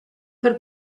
per